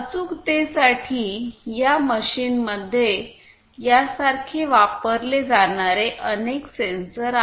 अचूकतेसाठी या मशीनमध्ये यासारखे वापरले जाणारे अनेक सेन्सर्स आहेत